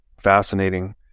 fascinating